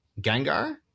Gengar